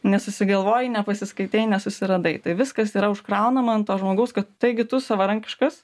nesusigalvoji nepasiskaitei nesusiradai tai viskas yra užkraunama ant to žmogaus kad taigi tu savarankiškas